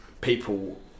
people